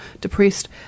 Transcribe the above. depressed